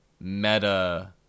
Meta